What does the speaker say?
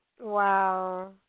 Wow